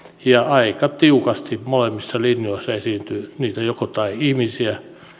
ja aika tiukasti molemmissa linjoissa esiintyy niitä jokotai ihmisiä